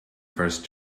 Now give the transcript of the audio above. first